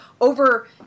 over